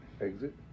Exit